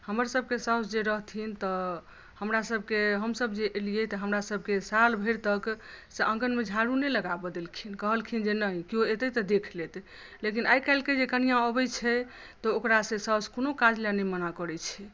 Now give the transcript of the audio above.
हमर सभकेँ साउस जे रहथिन तऽ हमरा सभकेँ हमसभ जे एलियै तऽ हमरा सभकेँ साल भरि तक से आङ्गनमे झाड़ू नहि लगाबऽ देलखिन कहलखिन जे नहि केओ एतै तऽ देख लेत लेकिन आइ काल्हि केँ जे कनियाँ अबैत छै तऽ ओकरा से साउस कोनो काज लेल नहि मना करैत छै